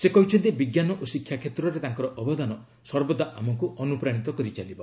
ସେ କହିଛନ୍ତି ବିଜ୍ଞାନ ଓ ଶିକ୍ଷା କ୍ଷେତ୍ରରେ ତାଙ୍କର ଅବଦାନ ସର୍ବଦା ଆମକୁ ଅନୁପ୍ରାଣୀତ କରି ଚାଲିବ